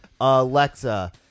Alexa